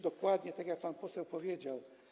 Dokładnie tak jak pan poseł powiedział.